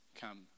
come